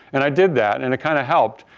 and i did that and it kind of helped.